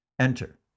enter